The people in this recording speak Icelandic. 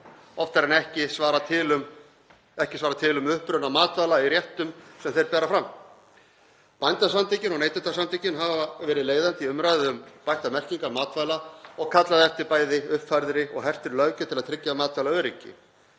oftar en ekki ekki svarað til um uppruna matvæla í réttum sem þeir bera fram. Bændasamtökin og Neytendasamtökin hafa verið leiðandi í umræðu um bættar merkingar matvæla og kallað eftir bæði uppfærðri og hertri löggjöf til að tryggja matvælaöryggi,